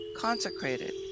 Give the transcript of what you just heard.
consecrated